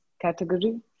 category